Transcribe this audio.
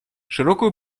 широкую